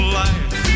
life